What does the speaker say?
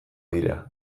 dira